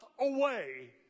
away